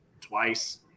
twice